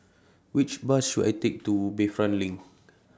Which Bus should I Take to Bayfront LINK